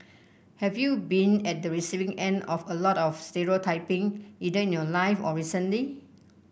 have you been at the receiving end of a lot of stereotyping either in your life or recently